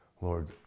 Lord